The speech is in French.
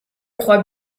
crois